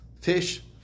fish